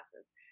classes